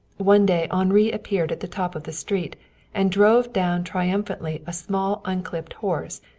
one day henri appeared at the top of the street and drove down triumphantly a small unclipped horse,